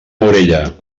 morella